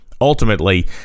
Ultimately